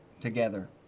together